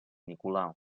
nicolau